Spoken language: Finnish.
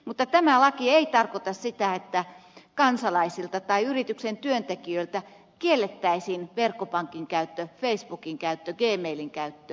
mutta tämä laki ei tarkoita sitä että kansalaisilta tai yrityksen työntekijöiltä kiellettäisiin verkkopankin käyttö facebookin käyttö gmailin käyttö